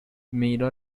miro